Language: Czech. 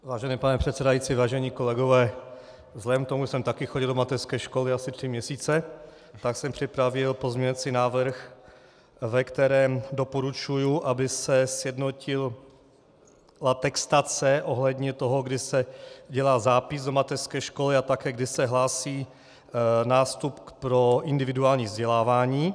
Vážený pane předsedající, vážení kolegové, vzhledem k tomu, že jsem taky chodil do mateřské školy asi tři měsíce, tak jsem připravil pozměňovací návrh, ve kterém doporučuji, aby se sjednotila textace ohledně toho, kdy se dělá zápis do mateřské školy a také kdy se hlásí nástup pro individuální vzdělávání.